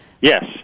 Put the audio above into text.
Yes